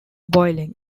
boiling